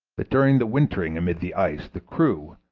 that during the wintering amid the ice the crew,